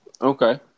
Okay